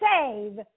save